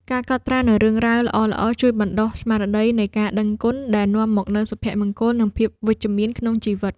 ការកត់ត្រានូវរឿងរ៉ាវល្អៗជួយបណ្ដុះស្មារតីនៃការដឹងគុណ ដែលនាំមកនូវសុភមង្គល និងភាពវិជ្ជមានក្នុងជីវិត។